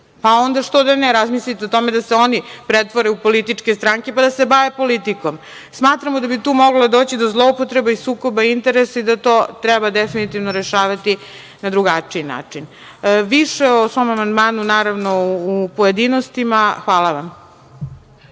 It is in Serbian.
pa onda što da ne. Razmislite o tome da se oni pretvore u političke stranke, pa da se bave politikomSmatramo da bi tu moglo doći do zloupotreba i sukoba interesa i da to treba definitivno rešavati na drugačiji način. Više o svom amandmanu, naravno, u pojedinostima. Hvala vam.